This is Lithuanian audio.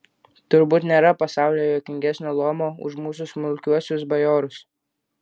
turbūt nėra pasaulyje juokingesnio luomo už mūsų smulkiuosius bajorus